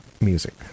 music